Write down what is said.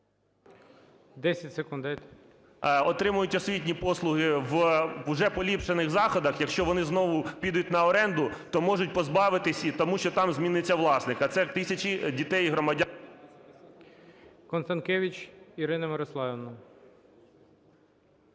…отримують освітні послуги в уже поліпшених заходах, якщо вони знову підуть на оренду, то можуть позбавитись, тому що там зміниться власник, а це тисячі дітей і громадян…